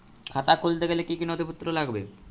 খাতা খুলতে গেলে কি কি নথিপত্র লাগে?